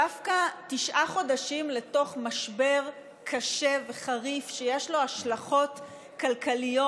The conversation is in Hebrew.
דווקא תשעה חודשים לתוך משבר קשה וחריף שיש לו השלכות כלכליות,